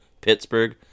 Pittsburgh